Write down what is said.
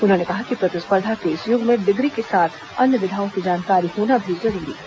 उन्होंने कहा कि प्रतिस्पर्धा के इस युग में डिग्री के साथ अन्य विधाओं की जानकारी होना भी जरूरी है